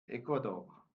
ecuador